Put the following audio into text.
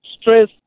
stress